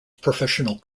professional